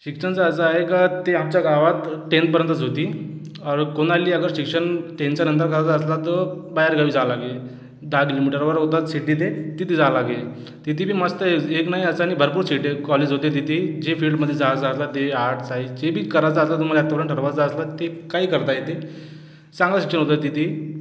शिक्षणच असं आहे का ते आमच्या गावात टेन्थ पर्यंतच होती और कुणाली अगर शिक्षण टेन्थच्या नंतर करायचा असला तर बाहेरगावी जावं लागे दहा किलोमीटवर होतं सिटी ते तिथं जावं लागे तिथे बी मस्त एक ना ह्यासाठी भरपूर सिटीत कॉलेज होते तिथे जे फील्डमधे जा जा जा ते आर्ट साईन्स जे बी करायचं आता तुम्हाला तुरंत ठरवायचं असलं तर ते काही करता येते चांगलं शिक्षण होतं तिथे